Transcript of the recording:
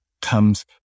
comes